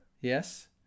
Yes